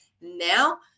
now